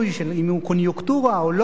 אם הוא קוניונקטורה או לא,